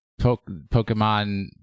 Pokemon